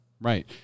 Right